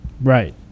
Right